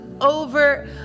over